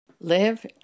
Live